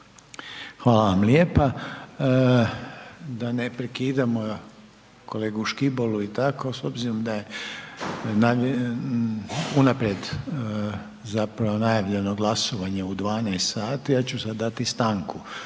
Hvala vam lijepa. Da ne prekidamo kolegu Škibolu i tako s obzirom da je unaprijed zapravo najavljeno glasovanje u 12 sati, ja ću sad dati stanku